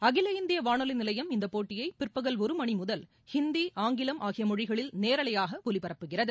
அகில இந்தியவானொலிநிலையம் இந்தபோட்டியைபிற்பகல் ஒருமணிமுதல் ஹிந்தி ஆங்கிலம் ஆகியமொழிகளில் நேரலையாகஒலிபரப்புகிறது